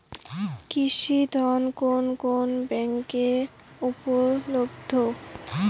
কৃষি ঋণ কোন কোন ব্যাংকে উপলব্ধ?